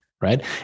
right